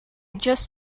just